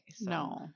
No